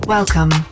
Welcome